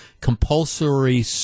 compulsory